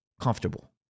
comfortable